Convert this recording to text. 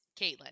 Caitlin